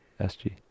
SG